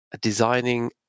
designing